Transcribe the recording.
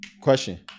Question